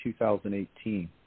2018